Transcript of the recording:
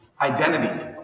Identity